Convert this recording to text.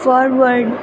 forward